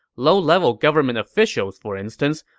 low-level government officials, for instance,